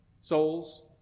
souls